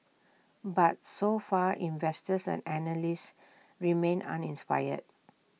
but so far investors and analysts remain uninspired